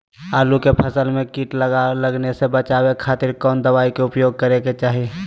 आलू के फसल में कीट लगने से बचावे खातिर कौन दवाई के उपयोग करे के चाही?